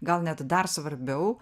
gal net dar svarbiau